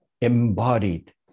embodied